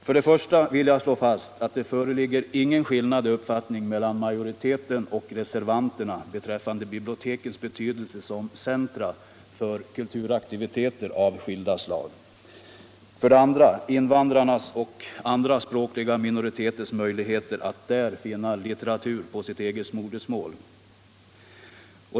Vad jag vill slå fast är att det föreligger ingen skillnad i uppfattning mellan majoriteten och reservanterna beträffande för det första bibliotekens betydelse som centra för kulturaktiviteter av skilda slag, för det andra invandrarnas och andra språkliga minoriteters möjligheter att där finna litteratur på sitt eget modersmål.